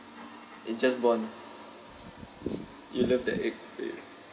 it just born you love the egg